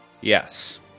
Yes